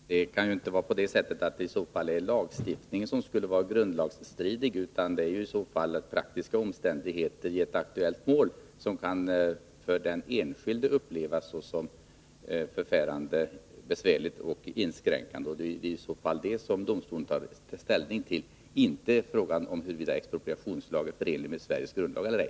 Herr talman! I så fall kan det inte bero på att lagstiftningen skulle vara grundlagsstridig, utan att praktiska omständigheter i ett aktuellt mål av den enskilde upplevs som besvärande och inskränkande. Domstolen får väl då ta ställning till den saken och inte till frågan, huruvida expropriationslagen är förenlig med Sveriges grundlagar eller ej.